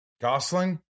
Gosling